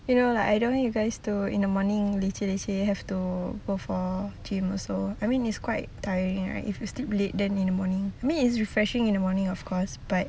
you know like I don't want you guys to in the morning leceh have to go for gym also I mean it's quite tiring right if we sleep then in the morning I mean it's refreshing in the morning lah of course but